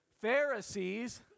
Pharisees